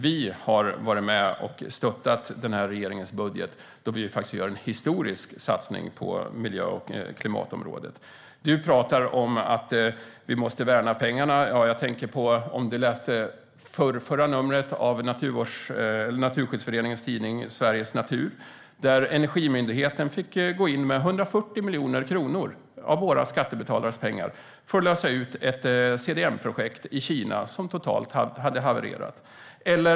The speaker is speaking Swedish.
Vi har varit med och stöttat regeringens budget då vi gör en historisk satsning på miljö och klimatområdet. Du talar om att vi måste värna pengarna, Johan Hultberg. Du kanske läste det förrförra numret av Naturskyddsföreningens tidning Sveriges Natur. Där kunde man läsa att Energimyndigheten fick gå in med 140 miljoner kronor av våra skattebetalares pengar för att lösa ut ett CDM-projekt i Kina som hade havererat totalt.